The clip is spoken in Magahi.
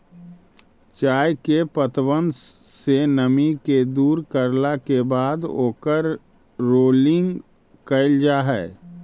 चाय के पत्तबन से नमी के दूर करला के बाद ओकर रोलिंग कयल जा हई